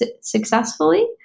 successfully